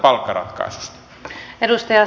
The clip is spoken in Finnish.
arvoisa puhemies